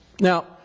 Now